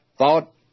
thought